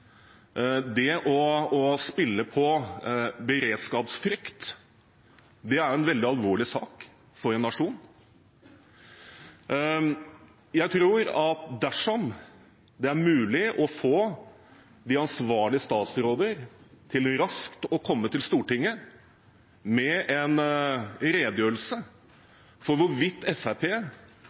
Det å spille på beredskapsfrykt er en veldig alvorlig sak for en nasjon. Jeg tror at dersom det er mulig å få de ansvarlige statsråder til raskt å komme til Stortinget med en redegjørelse for hvorvidt